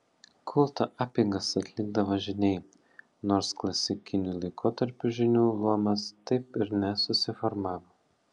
kulto apeigas atlikdavo žyniai nors klasikiniu laikotarpiu žynių luomas taip ir nesusiformavo